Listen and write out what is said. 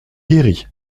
guéri